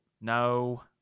No